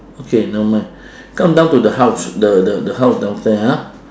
okay never mind come down to the house the the the house downstairs ah